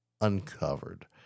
uncovered